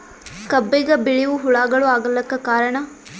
ಕಬ್ಬಿಗ ಬಿಳಿವು ಹುಳಾಗಳು ಆಗಲಕ್ಕ ಕಾರಣ?